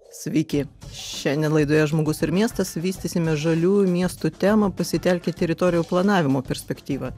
sveiki šiandien laidoje žmogus ir miestas vystysime žaliųjų miestų temą pasitelkę teritorijų planavimo perspektyvą